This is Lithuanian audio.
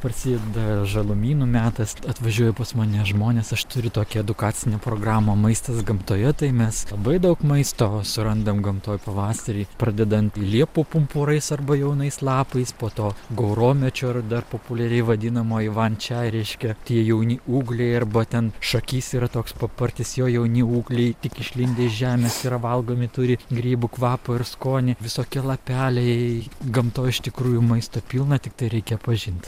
prasideda žalumynų metas atvažiuoja pas mane žmonės aš turiu tokią edukacinę programą maistas gamtoje tai mes labai daug maisto surandam gamtoj pavasarį pradedant liepų pumpurais arba jaunais lapais po to gauromečio ir dar populiariai vadinamo ivan čaj reiškia tie jauni ūgliai arba ten šakys yra toks papartis jo jauni ūgliai tik išlindę iš žemės yra valgomi turi grybų kvapo ir skonį visokie lapeliai gamtoj iš tikrųjų maisto pilna tiktai reikia pažint